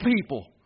people